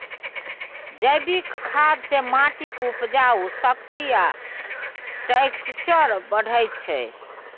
जैबिक खाद सँ माटिक उपजाउ शक्ति आ टैक्सचर बढ़ैत छै